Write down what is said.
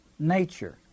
Nature